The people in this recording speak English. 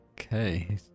Okay